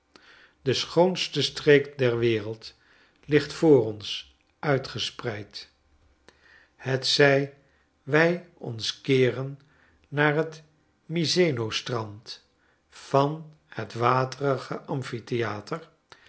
do schoonste streek der wereld ligt voor ons uitgespreid hetzij wij ons keeren naar het mise no strand van het waterige amphitheater